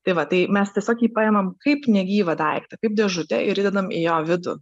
tai va tai mes tiesiog jį paimam kaip negyvą daiktą kaip dėžutę ir įdedam į jo vidų